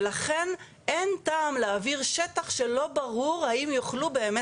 ולכן אין טעם להעביר שטח שלא ברור האם יוכלו באמת,